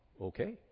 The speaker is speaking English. Okay